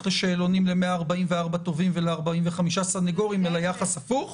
שאלונים ל-144 תובעים ול-45 סנגורים אלא יחס הפוך.